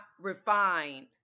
refined